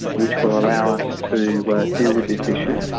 which will allow us to deal with this issue.